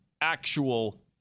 actual